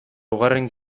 laugarren